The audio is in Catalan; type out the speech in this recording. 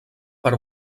per